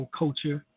culture